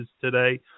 today